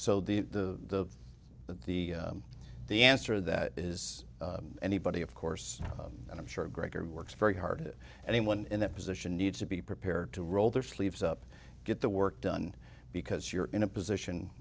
so the the the the answer to that is anybody of course and i'm sure gregory works very hard anyone in that position needs to be prepared to roll their sleeves up get the work done because you're in a position